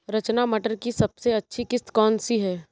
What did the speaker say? रचना मटर की सबसे अच्छी किश्त कौन सी है?